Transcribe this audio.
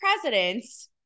presidents